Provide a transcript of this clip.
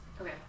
Okay